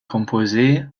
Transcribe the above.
composée